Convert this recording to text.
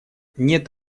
нет